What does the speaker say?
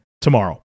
tomorrow